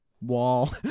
Wall